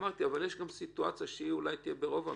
אמרתי שיש גם סיטואציה, שתהיה ברוב המקרים,